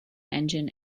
engine